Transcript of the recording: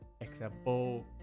Example